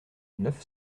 neuf